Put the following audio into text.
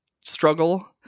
struggle